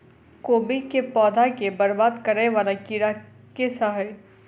कोबी केँ पौधा केँ बरबाद करे वला कीड़ा केँ सा है?